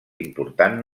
important